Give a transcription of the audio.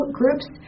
groups